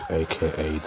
aka